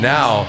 Now